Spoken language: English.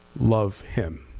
loves him,